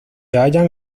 hallan